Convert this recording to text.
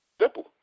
Simple